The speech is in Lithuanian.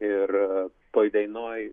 ir toj dainoj